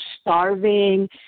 starving